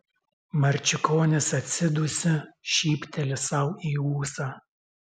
marčiukonis atsidūsi šypteli sau į ūsą